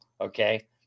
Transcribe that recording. okay